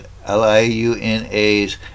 LIUNA's